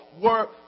work